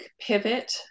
pivot